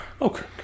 Okay